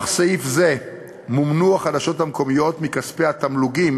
סעיף זה מומנו החדשות המקומיות מכספי התמלוגים